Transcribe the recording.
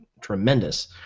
tremendous